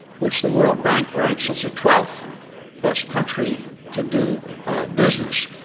which the world bank ranks as the twelfth best country to do business.